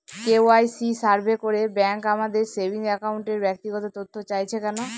KYC survey করে bank আমাদের saving অ্যাকাউন্টের ব্যক্তিগত তথ্য চাইছে কেন?